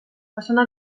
façana